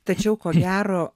tačiau ko gero